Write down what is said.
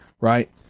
right